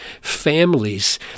families